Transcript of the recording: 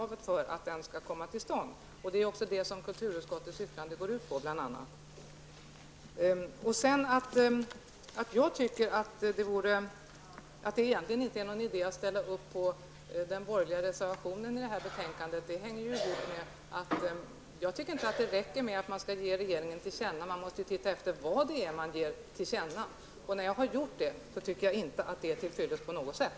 Det är också bl.a. det som kulturutskottets yttrande går ut på. Att jag anser att det egentligen inte är någon idé att ställa mig bakom den borgerliga reservationen i detta betänkande hänger samman med att jag anser att det inte räcker med att ge regeringen detta till känna. Man måste ju också ta reda på vad det är man ger regeringen till känna. När jag har gjort det tycker jag inte att ett tillkännagivande är till fyllest på något sätt.